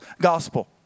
gospel